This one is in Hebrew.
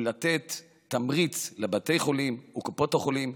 ולתת תמריץ לבתי החולים וקופות החולים,